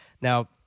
now